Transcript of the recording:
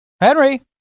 Henry